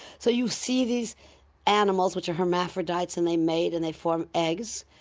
so you see these animals which are hermaphrodites and they mate and they form eggs,